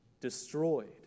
destroyed